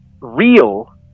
real